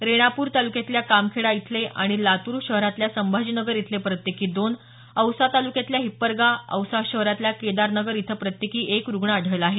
रेणापूर तालुक्यातल्या कामखेडा इथले आणि लातूर शहरातल्या संभाजी नगर इथले प्रत्येकी दोन औसा तालुक्यातल्या हिप्परगा औसा शहरातल्या केदार नगर इथं प्रत्येकी एक रुग्ण आढळला आहे